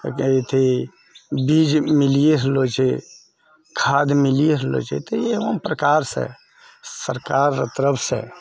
अथी बीज मिलिए रहलऽ छै खाद मिलिए रहलऽ छै तऽ एवमप्रकारसँ सरकार तरफसँ